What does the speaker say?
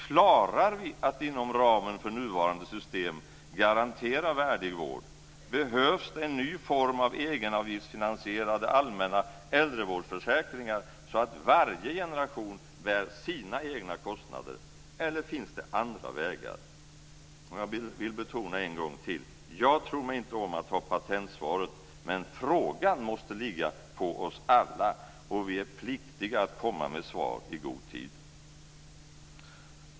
Klarar vi att inom ramen för nuvarande system garantera värdig vård? Behövs det en ny form av egenavgiftsfinansierade allmänna äldrevårdsförsäkringar, så att varje generation bär sina egna kostnader, eller finns det andra vägar? Jag vill betona en gång till: Jag tror mig inte om att ha patentsvaret, men frågan måste ligga på oss alla, och vi är pliktiga att komma med svar i god tid.